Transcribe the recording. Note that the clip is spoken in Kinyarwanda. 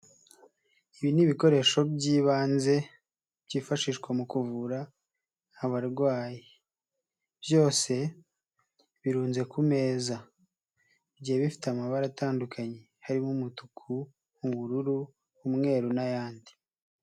Ibi ni ibikoresho by'ibanze byifashishwa mu kuvura abarwayi, byose birunze ku meza, bigiye bifite amabara atandukanye harimo umutuku, ubururu, umweru n'ayandi.